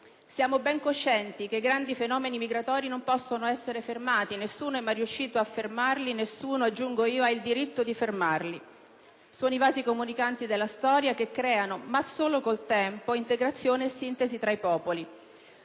siamo ben coscienti che i grandi fenomeni migratori non possono essere fermati. Nessuno è mai riuscito a fermarli. Nessuno - aggiungo io - ha il diritto di fermarli. Sono i vasi comunicanti della storia, che creano - ma solo col tempo - integrazione e sintesi tra i popoli.